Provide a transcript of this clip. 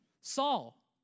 Saul